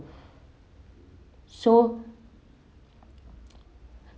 so